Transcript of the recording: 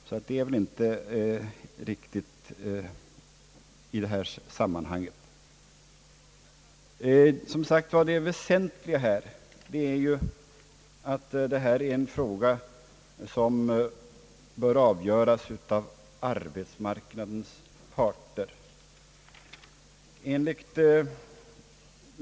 Fröken Anderssons påstående är väl därför inte riktigt. Det väsentliga är emellertid att detta är en fråga som bör avgöras av arbetsmarknadens parter.